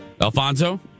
Alfonso